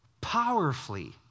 powerfully